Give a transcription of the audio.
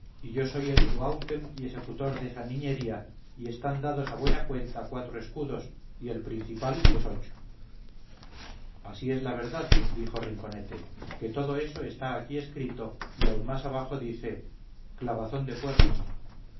y yo soy el tuáutem y esecutor desa niñería y están dados a buena cuenta cuatro escudos y el principal es ocho así es la verdad dijo rinconete que todo eso está aquí escrito y aun más abajo dice clavazón de cuernos